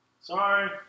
Sorry